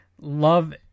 Love